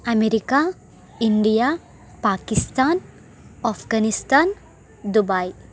America India Pakistan Afghanistan Dubai